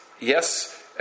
yes